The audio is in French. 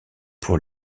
pour